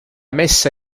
messa